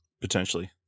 potentially